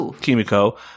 Kimiko